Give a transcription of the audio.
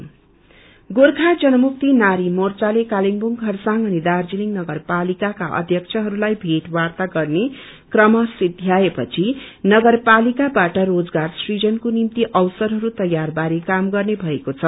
deputation गोर्खा जनमुक्ति नारी मोर्चले क्रतेवुङ खरसाङ अनि दार्जीलिङ नगरपालिकाका अध्यक्षहरूलाई भेटवार्ता गर्ने क्रम सिध्याएपछि नगरपालिकाबाट रोजगार सूजनको निम्ति अवसरहरू तयार बारे काम गर्ने भएक्षे छ